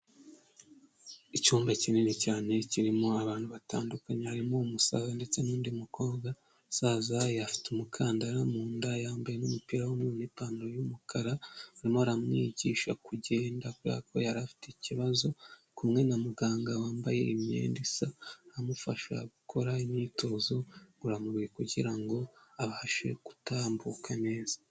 Icyumba kinini cyane kirimo abantu batandukanye, harimo umusaza ndetse n'undi mukobwa, umusaza afite umukandara mu nda, yambaye n'umupira w'umweru n'ipantaro y'umukara, barimo baramwigisha kugenda kubera ko yari afite ikibazo, ari kumwe na muganga wambaye imyenda isa, amufasha gukora imyitozo ngororamubiri kugira ngo abashe gutambuka neza.